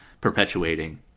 perpetuating